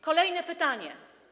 Kolejne pytanie.